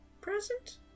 present